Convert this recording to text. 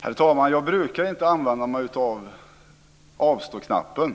Herr talman! Jag brukar inte använda mig av avstå-knappen.